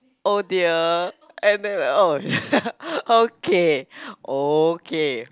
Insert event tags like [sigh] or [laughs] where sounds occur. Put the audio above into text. oh dear [laughs] okay okay